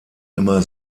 immer